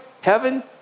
Heaven